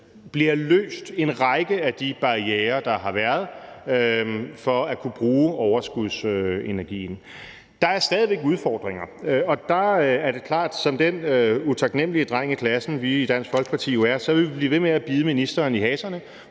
for, at en række af de barrierer, der har været, bliver fjernet, for at kunne bruge overskudsenergien. Der er stadig væk udfordringer. Det er klart, at som den utaknemlige dreng i klassen, vi i Dansk Folkeparti jo er, vil vi blive ved med at bide ministeren i haserne